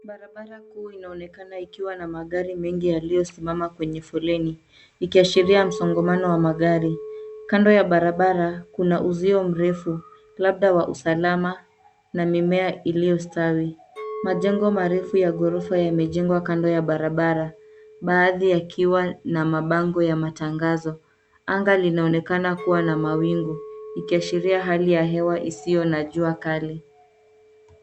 Barabara kuu inaonekana ikiwa na magari mengi yaliyosimama kwenye foleni, ikiashiria msongamano wa magari. Kando ya barabara kuna uzio mrefu, labda wa usalama na mimea iliyostawi. Majengo marefu ya ghorofa yamejengwa kando ya barabara, baadhi ya kiwa na mabango ya matangazo. Anga linaonekana kuwa na mawingu ikiashiria hali ya hewa isiyo na jua kali.